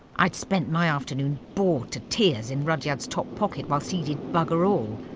i'd spent my afternoon bored to tears in rudyard's top pocket whilst he did bugger all.